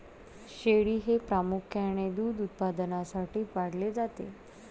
शेळी हे प्रामुख्याने दूध उत्पादनासाठी पाळले जाते